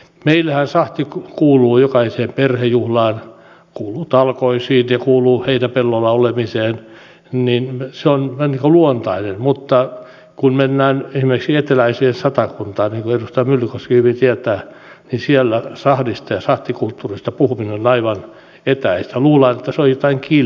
meillähän sahti kuuluu jokaiseen perhejuhlaan kuuluu talkoisiin ja kuuluu heinäpellolla olemiseen se on luontainen mutta kun mennään esimerkiksi eteläiseen satakuntaan niin kuin edustaja myllykoski hyvin tietää niin siellä sahdista ja sahtikulttuurista puhuminen on aivan etäistä